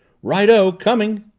righto coming!